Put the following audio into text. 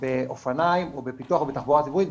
באופניים או בפיתוח או בתחבורה ציבורית,